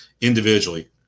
individually